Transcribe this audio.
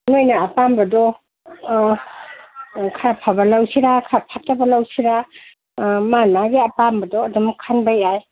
ꯅꯣꯏꯅ ꯑꯄꯥꯝꯕꯗꯣ ꯈꯔ ꯐꯕ ꯂꯧꯁꯤꯔ ꯈꯔ ꯐꯠꯇꯕ ꯂꯧꯁꯤꯔ ꯃꯥꯏ ꯃꯥꯒꯤ ꯑꯄꯥꯝꯕꯗꯣ ꯑꯗꯨꯝ ꯈꯟꯕ ꯌꯥꯏ